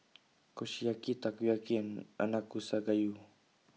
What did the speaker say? Kushiyaki Takoyaki and Nanakusa Gayu